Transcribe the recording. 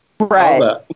Right